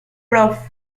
prof